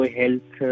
health